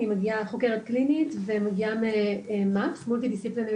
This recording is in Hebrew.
אני חוקרת קלינית ומגיעה מ-MAPS, multidisciplinary